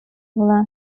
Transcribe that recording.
була